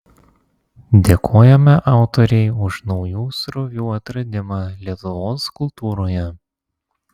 dėkojame autorei už naujų srovių atradimą lietuvos kultūroje